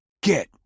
get